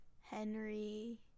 Henry